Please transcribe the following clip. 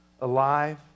alive